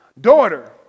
daughter